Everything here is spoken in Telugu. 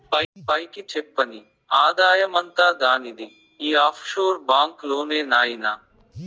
పైకి చెప్పని ఆదాయమంతా దానిది ఈ ఆఫ్షోర్ బాంక్ లోనే నాయినా